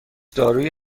دارویی